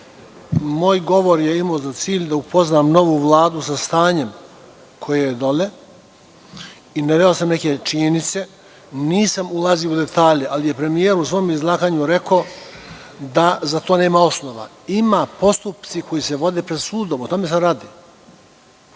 Moj govor je imao za cilj da upoznam novu Vladu sa stanjem koje je dole i naveo sam neke činjenice. Nisam ulazio u detalje, ali je premijer u svom izlaganju rekao da za to nema osnova. Ima, postupci koji se vode pred sudom, o tome se radi.